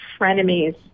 frenemies